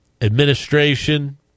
administration